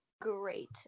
great